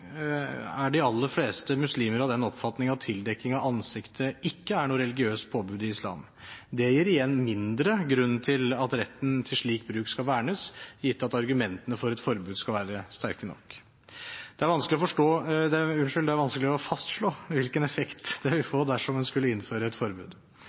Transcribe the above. er de aller fleste muslimer av den oppfatning at tildekking av ansiktet ikke er noe religiøst påbud i islam. Det gir igjen mindre grunn til at retten til slik bruk skal vernes, gitt at argumentene for et forbud skal være sterke nok. Det er vanskelig å fastslå hvilken effekt det vil få dersom en skulle innføre et forbud.